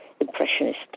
Impressionist